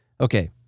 Okay